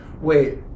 wait